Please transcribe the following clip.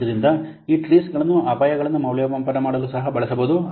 ಆದ್ದರಿಂದ ಈ ಟ್ರೀಸ್ಗಳನ್ನು ಅಪಾಯಗಳನ್ನು ಮೌಲ್ಯಮಾಪನ ಮಾಡಲು ಸಹ ಬಳಸಬಹುದು